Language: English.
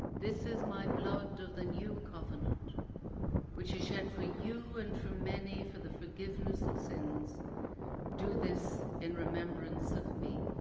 this is my blood of the new covenant which is shed for you and for many for the forgiveness of sins do this in remembrance of me.